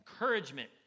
encouragement